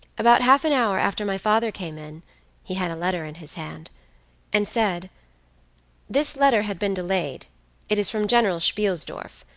about half an hour after my father came in he had a letter in his hand and said this letter had been delayed it is from general spielsdorf.